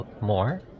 more